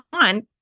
on